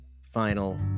final